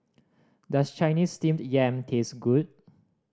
does Chinese Steamed Yam taste good